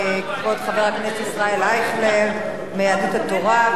כבוד חבר הכנסת ישראל אייכלר מיהדות התורה.